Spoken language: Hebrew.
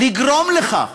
זה לגרום לכך